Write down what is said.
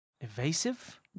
evasive